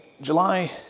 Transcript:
July